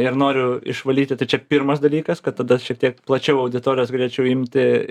ir noriu išvalyti tai čia pirmas dalykas kad tada šiek tiek plačiau auditorijas greičiau imti